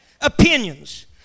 opinions